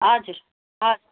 हजुर